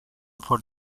for